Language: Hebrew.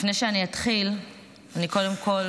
לפני שאני אתחיל אני קודם כול